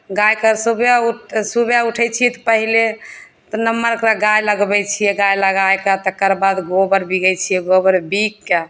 गायके सुबह उठि सुबह उठय छियै तऽ पहिले तऽ नम्बरपर गाय लगबय छियै गाय लगाइके तकर बाद गोबर बीगै छियै गोबर बीग के